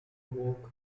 work